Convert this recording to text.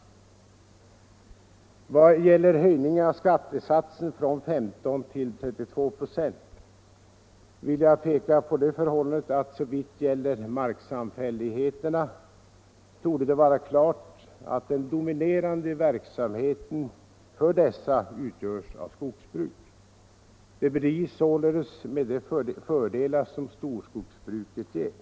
I vad gäller höjningen av skattesatsen från 15 till 32 96 vill jag peka på det förhållandet att såvitt gäller marksamfälligheter torde det vara klart att den dominerande verksamheten för dessa utgörs av skogsbruk. De bedrivs således med de fördelar som storskogsbruket ger.